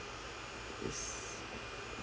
is